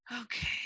Okay